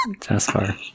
Jasper